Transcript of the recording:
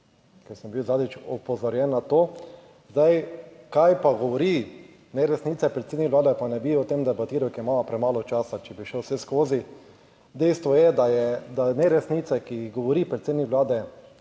ker sem bil zadnjič opozorjen na to. Zdaj, kaj pa govori neresnice predsednik Vlade, pa ne bi o tem debatiral, ker imamo premalo časa, če bi šel vseskozi. Dejstvo je, da neresnice, ki jih govori predsednik Vlade,